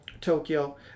Tokyo